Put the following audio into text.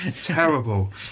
Terrible